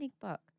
book